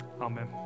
Amen